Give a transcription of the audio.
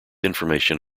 information